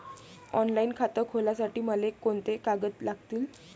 Online खातं खोलासाठी मले कोंते कागद लागतील?